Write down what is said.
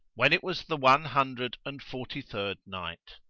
when it was the one hundred and forty-third night,